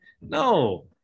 No